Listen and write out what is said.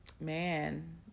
Man